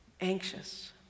anxious